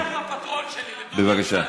בבקשה.